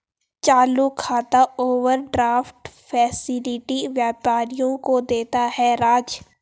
चालू खाता overdraft facility व्यापारियों को देता है राज